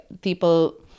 people